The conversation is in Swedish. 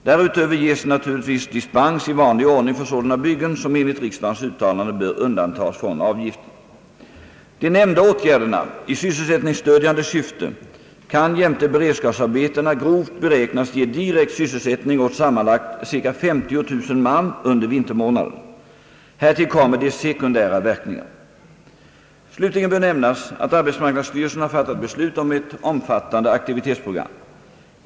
Därutöver ges naturligtvis dispens i vanlig ordning för sådana byggen, som enligt riksdagens uttalanden bör undantas från avgiften. De nämnda åtgärderna i sysselsättningsstödjande syfte kan jämte beredskapsarbetena grovt beräknas ge direkt sysselsättning åt sammanlagt ca 50 000 man under vintermånaderna. Härtill kommer de sekundära verkningarna. Slutligen bör nämnas, att arbets marknadsstyrelsen har fattat beslut om ett omfattande aktivitetsprogram.